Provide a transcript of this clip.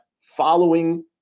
following